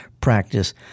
practice